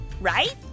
right